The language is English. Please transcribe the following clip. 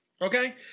Okay